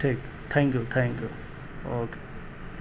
ٹھیک thank you thank you okay